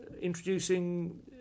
introducing